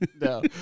No